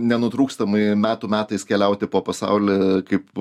nenutrūkstamai metų metais keliauti po pasaulį kaip